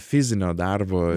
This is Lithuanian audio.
fizinio darbo